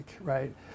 right